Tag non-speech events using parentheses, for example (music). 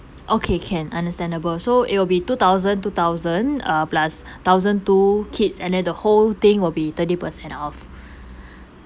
okay can understandable so it will be two thousand two thousand uh plus thousand two kids and then the whole thing will be thirty percent off (breath)